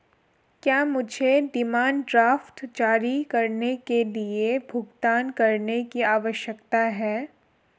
क्या मुझे demand draft जारी करने के लिए भुगतान करने की आवश्यकता है?